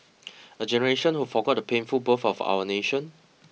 a generation who forgot the painful birth of our nation